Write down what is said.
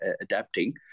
adapting